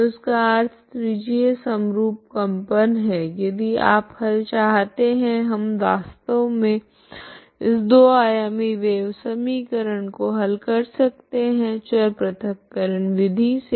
तो इसका अर्थ त्रिजीय समरूप कंपन है यदि आप हल चाहते है हम वास्तव मे इस 2 आयामी वेव समीकरण को हल कर सकते है चर प्रथक्करण विधि से